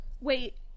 wait